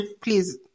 Please